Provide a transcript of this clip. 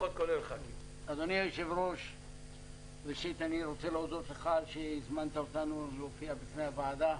אני רוצה להודות לך על שהזמנת אותנו להופיע בפני הוועדה.